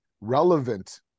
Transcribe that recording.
relevant